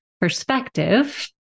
perspective